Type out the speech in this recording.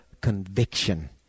conviction